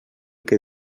que